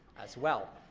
as well.